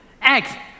act